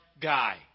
guy